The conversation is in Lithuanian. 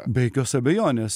be jokios abejonės